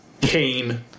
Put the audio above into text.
Cain